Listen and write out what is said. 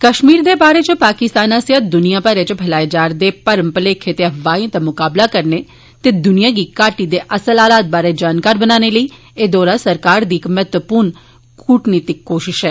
कश्मीर दे बारै च पाकिस्तान आस्सेआ दुनिया च फैलाए जा'रदे भर्म भलेखे ते अफवाई दा मुकाबला करने ते दुनिया गी घाटी दे अस्सल हालात बारै जानकार बनाने लेई एह् दौरा सरकार दी इक महत्वपूर्ण कूटनीतिक कोश्त ऐ